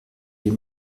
des